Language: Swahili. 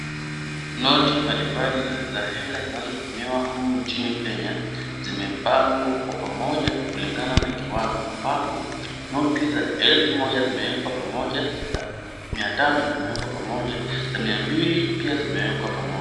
Noti mbalimbali za hela zinazotumiwa nchini Kenya zimepangwa kwa pamoja kulingana na kiwango ambako noti za elfu moja zimewekwa pamoja, za mia tano zimewekwa pamoja, za mia mbili pia zimewekwa pamoja.